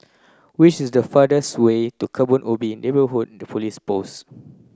which is the fastest way to Kebun Ubi Neighbourhood Police Post